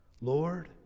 Lord